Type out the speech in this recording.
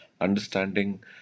understanding